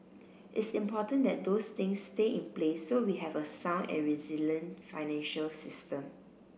it's important that those things stay in place so we have a sound and resilient financial system